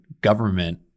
government